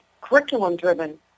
curriculum-driven